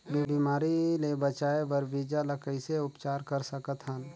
बिमारी ले बचाय बर बीजा ल कइसे उपचार कर सकत हन?